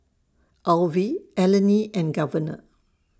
Alvie Eleni and Governor